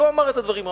לא אמר את הדברים.